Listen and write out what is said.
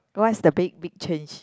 what's the big big change